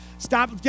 Stop